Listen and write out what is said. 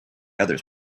others